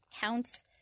counts